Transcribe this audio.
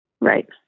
Right